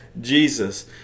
Jesus